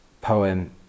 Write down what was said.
poem